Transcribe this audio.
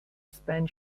spend